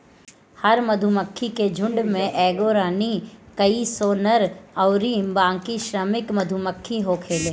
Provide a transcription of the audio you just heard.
हर मधुमक्खी के झुण्ड में एगो रानी, कई सौ नर अउरी बाकी श्रमिक मधुमक्खी होखेले